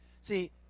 see